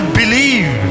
believe